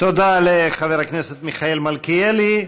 תודה לחבר הכנסת מיכאל מלכיאלי.